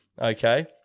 okay